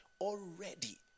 already